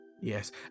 Yes